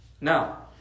Now